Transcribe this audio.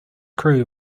crew